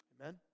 Amen